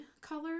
color